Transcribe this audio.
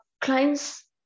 Clients